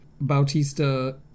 Bautista